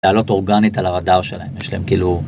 לעלות אורגנית על הרדאר שלהם, יש להם כאילו...